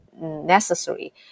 necessary